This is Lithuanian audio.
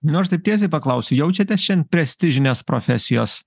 nu aš taip tiesiai paklausiu jaučiatės šiandien prestižinės profesijos